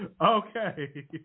Okay